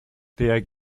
der